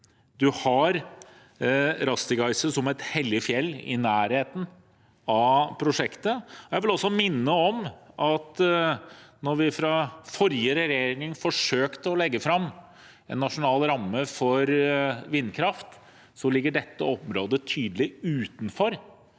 Vi har Rásttigáisá, som er et hellig fjell, i nærheten av prosjektet. Jeg vil også minne om at da forrige regjering forsøkte å legge fram en nasjonal ramme for vindkraft, lå dette området tydelig utenfor